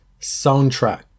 soundtrack